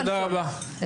תודה רבה.